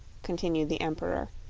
continued the emperor,